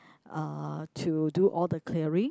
uh to do all the clearing